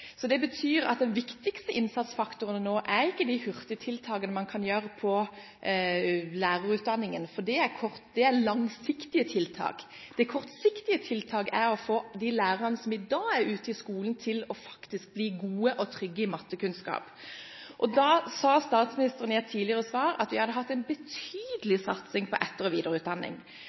Det betyr at den viktigste innsatsfaktoren nå ikke er de hurtigtiltakene man kan gjøre i lærerutdanningen – det er langsiktige tiltak. De kortsiktige tiltakene er å få de lærerne som i dag er ute i skolen, til å bli gode og trygge i mattekunnskap. Statsministeren sa i et tidligere svar at vi hadde hatt en betydelig satsing på etter- og videreutdanning.